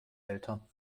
eltern